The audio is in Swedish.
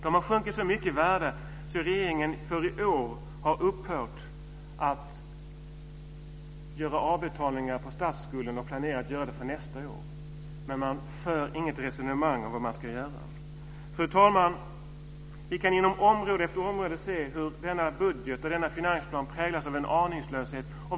De har sjunkit så mycket i värde att regeringen för i år har upphört att göra avbetalningar på statsskulden och planerar att göra så också för nästa år. Men man för inget resonemang om hur man ska göra. Fru talman! Vi kan på område efter område se hur denna budget och finansplan präglas av en aningslöshet.